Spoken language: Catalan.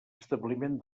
establiment